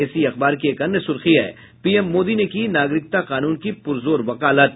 इसी अखबार की एक अन्य सुर्खी है पीएम मोदी ने की नागरिकता कानून की पुरजोर वकालत